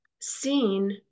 seen